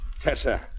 Tessa